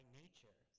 nature